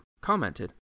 commented